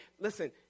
listen